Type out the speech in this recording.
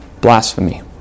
Blasphemy